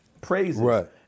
praises